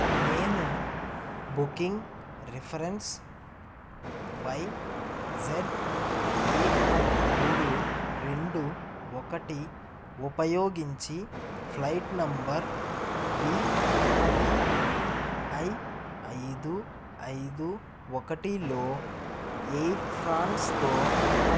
నేను booking reference YZA మూడు రెండు ఒకటి ఉపయోగించి ఫ్లైట్ నంబర్ విటిఐ ఐదు ఐదు ఒకటిలో ఎయిర్ ఫ్రాన్స్తో